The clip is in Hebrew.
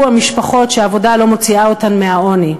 המשפחות שהעבודה לא מוציאה מהעוני.